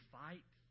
fight